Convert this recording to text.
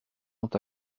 ont